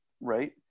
right